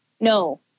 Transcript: No